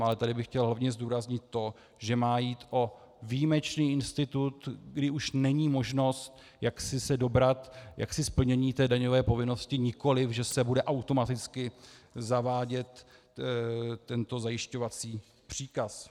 Ale tady bych chtěl hlavně zdůraznit to, že má jít o výjimečný institut, kdy už není možnost se dobrat splnění daňové povinnosti, nikoliv že se bude automaticky zavádět tento zajišťovací příkaz.